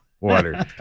Water